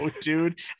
dude